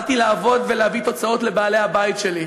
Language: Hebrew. באתי לעבוד ולהביא תוצאות לבעלי-הבית שלי,